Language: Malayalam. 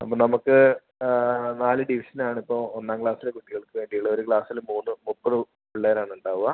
അപ്പോൾ നമുക്ക് നാല് ഡിവിഷൻ ആണ് ഇപ്പോൾ ഒന്നാം ക്ലാസ്സിലെ കുട്ടികൾക്ക് വേണ്ടിയുള്ളത് ഒരു ക്ലാസ്സില് മൂന്ന് മുപ്പത് പിള്ളേരാണ് ഉണ്ടാവുക